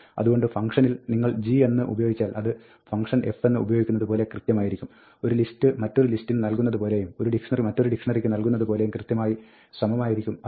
അതുകൊണ്ട് ഫംഗ്ഷനിൽ നിങ്ങൾ g എന്ന് ഉപയോഗിച്ചാൽ അത് ഫംഗ്ഷൻ f എന്ന് ഉപയോഗിക്കുന്നത് പോലെ കൃത്യമായിരിക്കും ഒരു ലിസ്റ്റ് മറ്റൊരു ലിസ്റ്റിന് നൽകുന്നത് പോലെയും ഒരു ഡിക്ഷ്ണറി മറ്റൊരു ഡിക്ഷ്ണറിക്ക് നൽകുന്നത് പോലെയും കൃത്യമായി സമമായിരിക്കും അത്